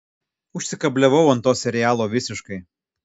užsikabliavau ant to serialo visiškai